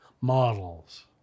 Models